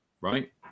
right